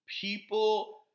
people